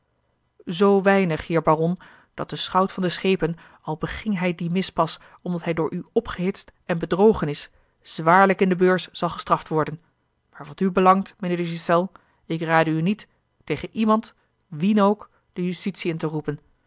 zoo weinig heer baron dat de zoon van den schepen al beging hij dien mispas omdat hij door u opgehitst en bedrogen is zwaarlijk in de beurs zal gestraft worden maar wat u belangt mijnheer de ghiselles ik rade u niet tegen iemand wien ook de justitie in te roepen